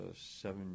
seven